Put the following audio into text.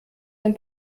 ein